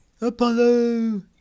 Apollo